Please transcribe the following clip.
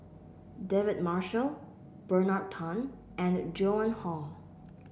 David Marshall Bernard Tan and Joan Hon